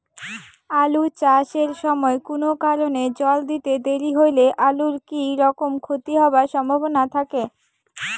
আলু চাষ এর সময় কুনো কারণে জল দিতে দেরি হইলে আলুর কি রকম ক্ষতি হবার সম্ভবনা থাকে?